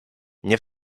nie